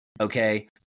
Okay